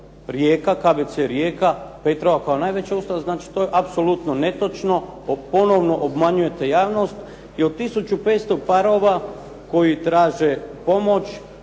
Rijeka, KBC Rijeka, Petrova kao najveća ustanova. Znači to je apsolutno netočno, ponovno obmanjujete javnost. I od 1500 parova koji traže pomoć